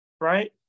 right